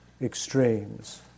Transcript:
extremes